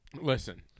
Listen